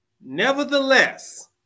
Nevertheless